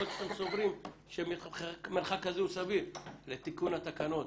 יכול להיות שאתם סוברים שמרחק כזה הוא סביר לתיקון התקנות.